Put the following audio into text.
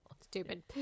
stupid